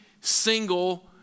single